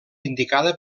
indicada